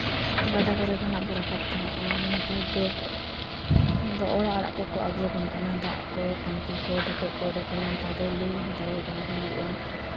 ᱜᱟᱰᱟ ᱠᱚᱨᱮ ᱠᱷᱚᱱᱟᱜ ᱵᱚ ᱨᱟᱠᱟᱵᱽ ᱛᱟᱦᱮᱸᱜᱼᱟ ᱱᱮᱛᱟᱨ ᱫᱚ ᱚᱲᱟᱜ ᱚᱲᱟᱜ ᱠᱚᱠᱚ ᱟᱹᱜᱩᱣᱟᱵᱚᱱ ᱠᱟᱱᱟ ᱫᱟᱜ ᱠᱚ ᱴᱟᱹᱝᱠᱤ ᱠᱚ ᱰᱷᱮᱠᱚᱡᱽ ᱠᱚ ᱩᱰᱩᱠᱮᱱᱟ ᱱᱮᱛᱟᱨ ᱫᱚ ᱞᱳᱼᱦᱚᱸ ᱛᱟᱵᱚ ᱵᱟᱭ ᱦᱩᱭᱩᱜᱼᱟ